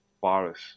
virus